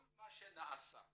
כל מה שנעשה מבורך.